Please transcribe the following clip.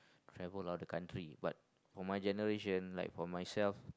travel around the country but for my generation like for myself